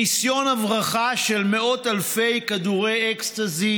ניסיון הברחה של מאות אלפי כדורי אקסטזי